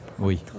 Oui